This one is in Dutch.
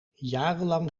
jarenlang